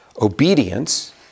obedience